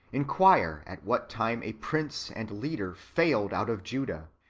inquire at what time a prince and leader failed out of judah,